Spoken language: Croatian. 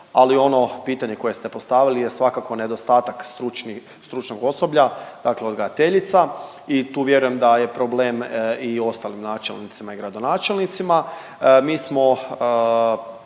ali ono pitanje koje ste postavili je svakako nedostatak stručni, stručnog osoblja, dakle odgajateljica i tu vjerujem da je problem i ostalim načelnicima i gradonačelnicima.